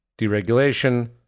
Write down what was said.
Deregulation